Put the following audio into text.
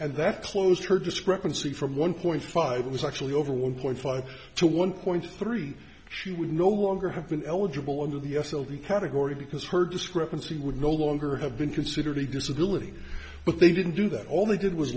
and that closed her discrepancy from one point five it was actually over one point five to one point three she would no longer have been eligible under the s l t pattern or because her discrepancy would no longer have been considered a disability but they didn't do that all they did was